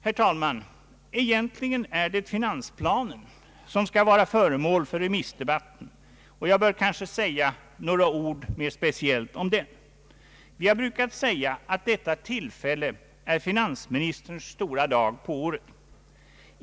Herr talman, egentligen är det finansplanen som skall vara föremål för remissdebatten, och jag bör kanske säga några ord speciellt om den. Vi har brukat säga att detta tillfälle är finansministerns stora dag på året.